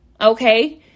okay